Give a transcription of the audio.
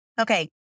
Okay